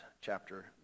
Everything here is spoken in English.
chapter